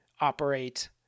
operate